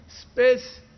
space